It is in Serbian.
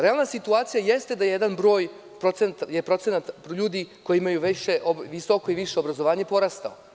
Realna situacija jeste da je procenat ljudi koji imaju visoko i više obrazovanje porastao.